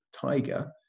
tiger